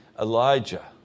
Elijah